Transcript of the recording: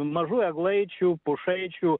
mažų eglaičių pušaičių